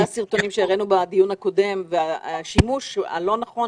הסרטונים שהראינו בדיון הקודם על השימוש הלא נכון